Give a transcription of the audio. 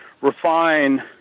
refine